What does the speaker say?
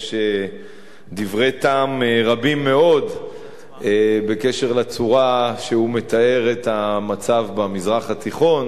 יש דברי טעם רבים מאוד בקשר לצורה שהוא מתאר את המצב במזרח התיכון,